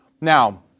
Now